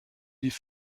die